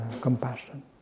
compassion